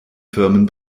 firmen